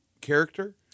character